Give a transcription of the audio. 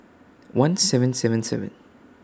one seven seven seven